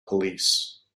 police